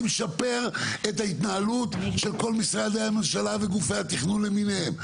משפר את ההתנהלות של כל משרדי הממשלה וגופי התכנון למיניהם,